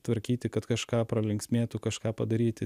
tvarkyti kad kažką pralinksmėtų kažką padaryti